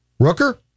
Rooker